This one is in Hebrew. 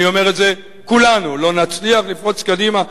אני אומר את זה, כולנו לא נצליח לפרוץ קדימה.